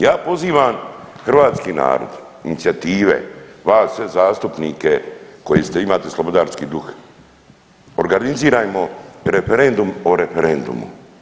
Ja pozivam hrvatski narod, inicijative, vas sve zastupnike koji ste, imate slobodarski duh, organizirajmo referendum o referendumu.